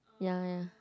ya ya